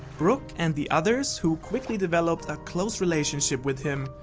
brook and the others, who quickly developed a close relationship with him,